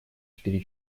четыре